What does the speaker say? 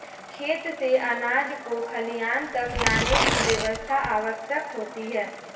खेत से अनाज को खलिहान तक लाने की व्यवस्था आवश्यक होती है